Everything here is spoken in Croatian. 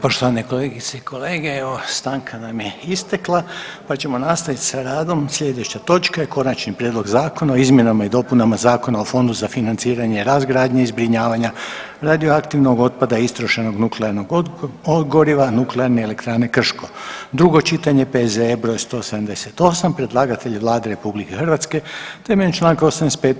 Poštovane kolegice i kolege evo stanka nam je istekla, pa ćemo nastaviti sa radom slijedeća točka je: Konačni prijedlog Zakona o izmjenama i dopunama Zakona o Fondu za financiranje razgradnje i zbrinjavanja radioaktivnog otpada i istrošenog nuklearnog goriva Nuklearne elektrane Krško, drugo čitanje, P.Z.E. broj 178 Predlagatelj je Vlada RH temeljem Članka 85.